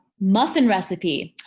muffin recipe,